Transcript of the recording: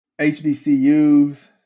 HBCUs